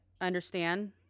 understand